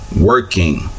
working